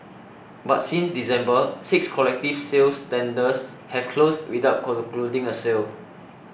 but since December six collective sales tenders have closed without concluding a sale